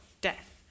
death